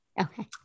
Okay